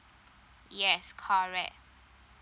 yes correct